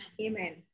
Amen